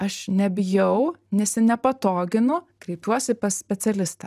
aš nebijau nesinepatoginu kreipiuosi pas specialistą